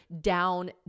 down